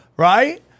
Right